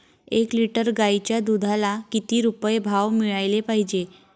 एक लिटर गाईच्या दुधाला किती रुपये भाव मिळायले पाहिजे?